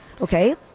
Okay